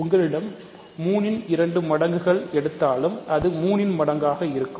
உங்களிடம் 3 இன் 2 மடங்குகள் எடுத்தாலும் அது 3 இன் மடங்காக இருக்கும்